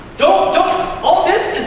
don't all this,